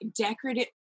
decorative